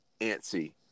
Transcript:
antsy